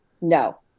no